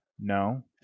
No